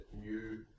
new